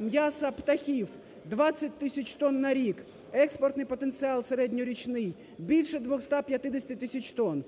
м'яса птахів – 20 тисяч тонн на рік, експортний потенціал середньорічний – більше 250 тисяч тонн.